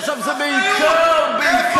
איפה האחריות?